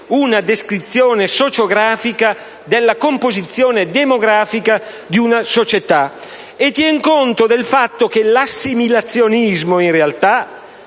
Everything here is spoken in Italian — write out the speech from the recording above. una descrizione sociografica della composizione demografica di una società. E tiene conto del fatto che l'assimilazionismo, in realtà,